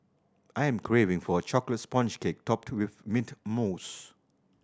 I am craving for a chocolate sponge cake topped with mint mousse